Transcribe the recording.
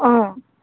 अँ